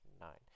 nine